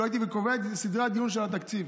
ונקבעו סדרי הדיון על התקציב.